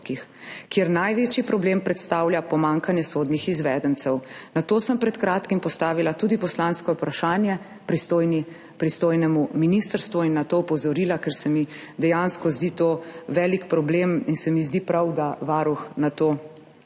kjer največji problem predstavlja pomanjkanje sodnih izvedencev. Na to sem pred kratkim postavila tudi poslansko vprašanje pristojnemu ministrstvu in na to opozorila, ker se mi dejansko zdi to velik problem in se mi zdi prav, da Varuh na to opozarja.